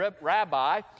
rabbi